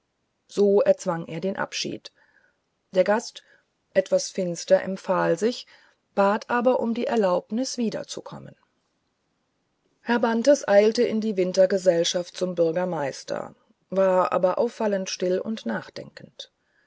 so erzwang er den abschied der gast etwas finster empfahl sich bat aber um die erlaubnis wiederzukommen herr bantes eilte in die wintergesellschaft zum bürgermeister war aber auffallend still und nachdenkend